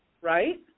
right